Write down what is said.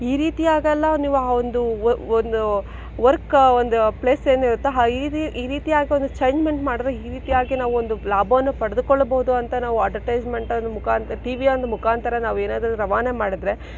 ಈ ರೀತಿ ಆಗಲ್ಲ ನೀವು ಆ ಒಂದು ಒಂದು ವರ್ಕ್ ಒಂದು ಪ್ಲೇಸ್ ಏನಿರುತ್ತೋ ಹಾಂ ಈ ರೀತಿಯಾಗಿ ಒಂದು ಚೇಂಜ್ಮೆಂಟ್ ಮಾಡಿದರೆ ಈ ರೀತಿಯಾಗಿ ನಾವು ಒಂದು ಲಾಭವನ್ನು ಪಡೆದುಕೊಳ್ಳಬೌದು ಅಂತ ನಾವು ಅಡ್ವಟೈಸ್ಮೆಂಟ್ ಮುಖಾಂತರ ಟಿ ವಿಯ ಒಂದು ಮುಖಾಂತರ ನಾವು ಏನಾದರೂ ರವಾನೆ ಮಾಡಿದರೆ